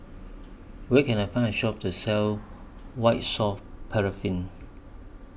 Where Can I Find A Shop that sells White Soft Paraffin